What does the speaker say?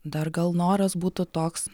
dar gal noras būtų toks